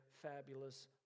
fabulous